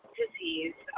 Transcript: disease